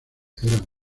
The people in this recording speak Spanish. eran